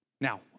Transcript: Now